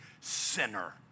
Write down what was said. sinner